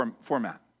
format